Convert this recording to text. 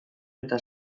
eta